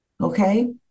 okay